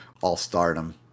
all-stardom